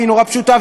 נורא פשוטה,